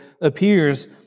appears